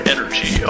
Energy